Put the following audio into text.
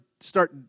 start